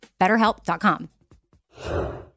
BetterHelp.com